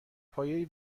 پایه